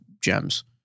gems